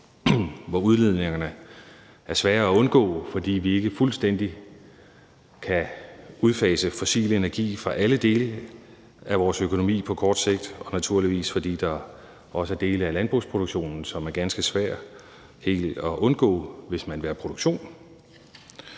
hvor udledningerne er svære at undgå, fordi vi ikke fuldstændig kan udfase fossil energi fra alle dele af vores økonomi på kort sigt, og naturligvis, fordi der også er dele af landbrugsproduktionen, som er ganske svære helt at undgå, hvis man vil have produktion.